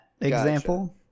example